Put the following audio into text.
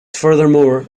furthermore